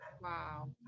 Wow